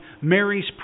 Mary's